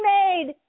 made